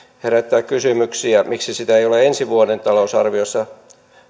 herättää kysymyksiä miksi sitä ei ole ensi vuoden talousarviossa